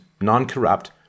non-corrupt